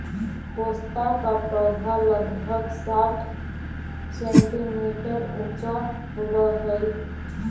पोस्ता का पौधा लगभग साठ सेंटीमीटर ऊंचा होवअ हई